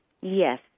Yes